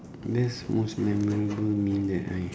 best most memorable meal that I